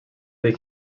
they